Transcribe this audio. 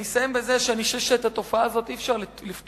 אני אסיים בזה שאי-אפשר לפתור את התופעה הזאת רק בחקיקה.